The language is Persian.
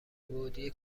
گودی